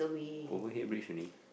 overhead bridge only